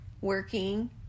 working